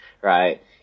right